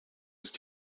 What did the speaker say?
ist